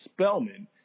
Spelman